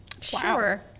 Sure